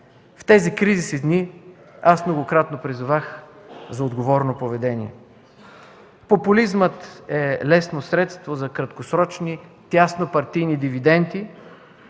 В тези кризисни дни аз многократно призовах за отговорно поведение. Популизмът е лесно средство за краткосрочни, теснопартийни дивиденти.